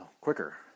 quicker